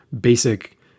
basic